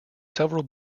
several